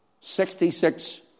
Sixty-six